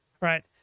right